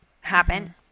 happen